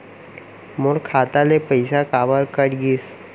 मोर खाता ले पइसा काबर कट गिस?